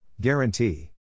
Guarantee